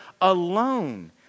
alone